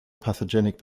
pathogenic